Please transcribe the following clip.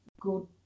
good